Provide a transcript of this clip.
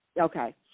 Okay